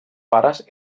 pares